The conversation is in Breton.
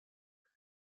atav